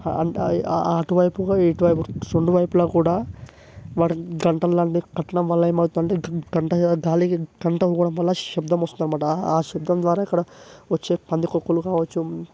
and అటువైపు ఇటువైపు రెండు వైపులా కూడా వాటికి గంటలాంటివి కట్టడంవల్ల ఏమౌతుందంటే గంట గాలికి గంట ఊగడం వల్ల శబ్దం వస్తుందన్నమాట ఆ శబ్దం ద్వారా అక్కడ వచ్చే పందికొక్కులు కావచ్చు